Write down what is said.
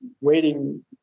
waiting